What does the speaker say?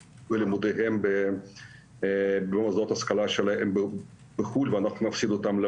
לימודיהם במוסדות ההשכלה בארצות המוצא ואנחנו נפסיד אותם.